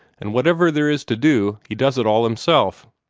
and whatever there is to do he does it all himself.